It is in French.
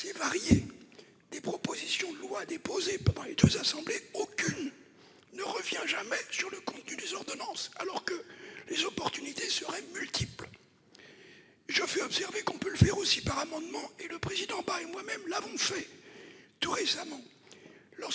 assez varié des propositions de loi déposées par les deux assemblées, aucune ne revient jamais sur le contenu des ordonnances, alors que les opportunités seraient multiples. On peut aussi procéder par voie d'amendement. Le président Bas et moi-même l'avons fait tout récemment